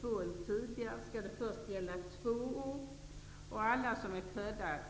För make/maka som är anställd och utsänd av företag